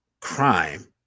crime